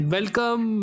Welcome